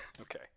Okay